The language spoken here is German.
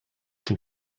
den